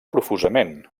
profusament